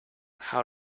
how